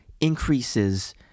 increases